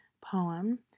poem